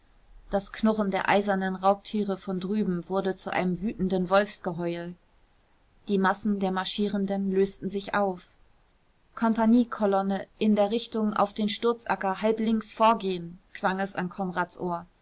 das knurren der eisernen raubtiere von drüben wurde zu einem wütenden wolfsgeheul die massen der marschierenden lösten sich auf kompagniekolonne in der richtung auf den sturzacker halblinks vorgehen klang es an konrads ohr